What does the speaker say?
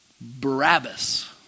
Barabbas